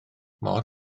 mor